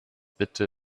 bitte